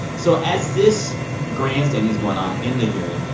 so as this grandstanding is going on in the hearing,